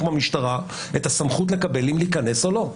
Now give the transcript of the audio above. במשטרה את הסמכות לקבל אם להיכנס או לא.